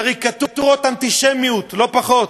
קריקטורות אנטישמיות, לא פחות.